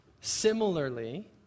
similarly